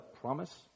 promise